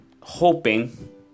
hoping